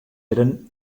eren